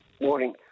Morning